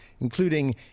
including